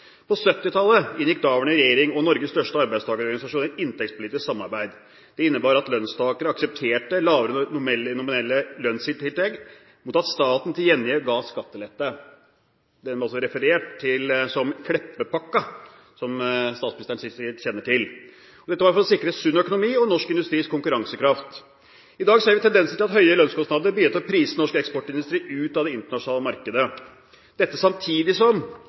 På 1970-tallet inngikk daværende regjering og Norges største arbeidstakerorganisasjoner inntektspolitisk samarbeid. Det innebar at lønnstakere aksepterte lavere nominelle lønnstillegg, mot at staten til gjengjeld ga skattelette. Det ble referert til som Kleppe-pakka, som statsministeren sikkert kjenner til. Dette gjorde man for å sikre sunn økonomi og norsk industris konkurransekraft. I dag ser vi tendenser til at høyere lønnskostnader bidrar til å prise norsk eksportindustri ut av det internasjonale markedet. Dette skjer samtidig som